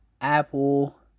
Apple